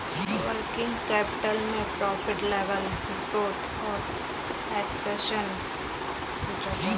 working capital में profit level growth और expansion की चर्चा होती है